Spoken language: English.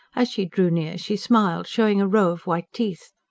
as she drew near she smiled, showing a row of white teeth.